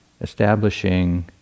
establishing